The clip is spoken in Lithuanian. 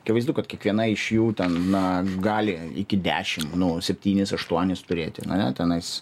akivaizdu kad kiekviena iš jų ten na gali iki dešim nu septynis aštuonis turėti ane tenais